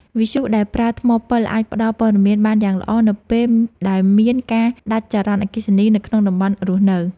វិទ្យុដែលប្រើថ្មពិលអាចផ្តល់ព័ត៌មានបានយ៉ាងល្អនៅពេលដែលមានការដាច់ចរន្តអគ្គិសនីនៅក្នុងតំបន់រស់នៅ។